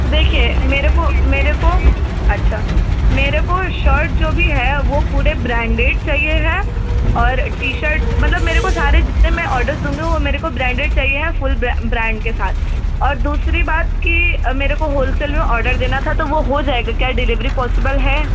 देखिए मुझे मुझे अच्छा मुझे शर्ट जो भी है वो पूरे ब्रैंडेड चाहिए है और टी शर्ट मतलब मुझे सारे जीतने भी मैं आर्डर्स दूँगी वो मुझे ब्रैंडेड चाहिए फुल ब्रैंड के साथ और दूसरी बात कि मुझे होलसेल में ऑर्डर देना था तो वो हो जाएगा क्या डिलीवरी पॉसिबल है